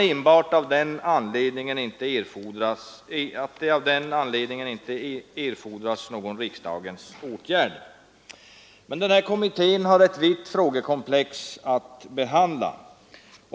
Enbart av den anledningen anser man att det inte erfordras någon riksdagens åtgärd. Den här kommittén har ett vitt frågekomplex att behandla.